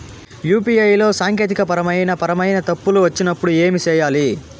UPI లో సాంకేతికపరమైన పరమైన తప్పులు వచ్చినప్పుడు ఏమి సేయాలి